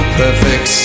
perfect